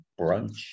brunch